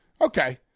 Okay